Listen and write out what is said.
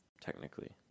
technically